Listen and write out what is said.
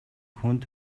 хүнд